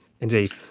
Indeed